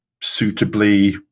suitably